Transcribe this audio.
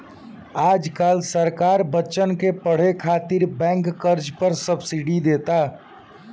आज काल्ह सरकार बच्चन के पढ़े खातिर बैंक कर्जा पर सब्सिडी देता